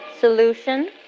Solution